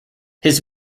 his